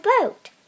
boat